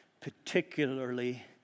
particularly